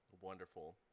Wonderful